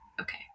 okay